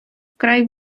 вкрай